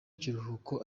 kiruhuko